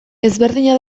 ezberdina